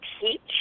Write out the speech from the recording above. teach